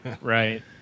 right